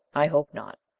i hoped not.